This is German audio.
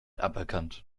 aberkannt